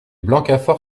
blancafort